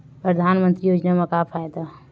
परधानमंतरी योजना म का फायदा?